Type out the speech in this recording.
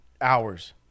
hours